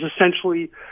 essentially